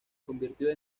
convirtió